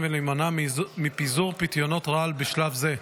ולהימנע מפיזור פיתיונות רעל בשלב זה.